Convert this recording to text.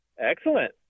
Excellent